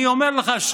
אני אומר לך,